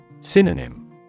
Synonym